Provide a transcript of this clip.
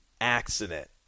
accident